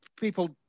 people